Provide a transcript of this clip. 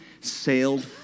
sailed